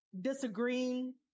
disagreeing